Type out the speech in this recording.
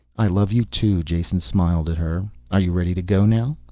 i love you, too, jason smiled at her. are you ready to go now?